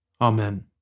Amen